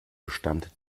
bestand